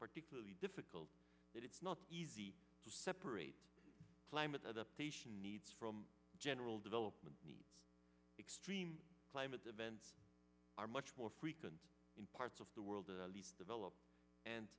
particularly difficult it's not easy to separate climate adaptation needs from general development the extreme climate the events are much more frequent in parts of the world the least developed and